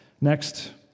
Next